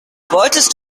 wolltest